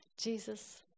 Jesus